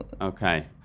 Okay